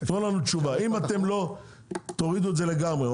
אם אתם לא תורידו את זה לגמרי,